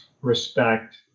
respect